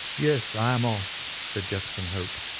yes, i am off, said jefferson hope,